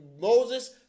Moses